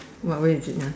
where is it lah